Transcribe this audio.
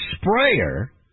sprayer